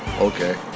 okay